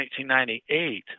1998